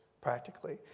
practically